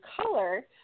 color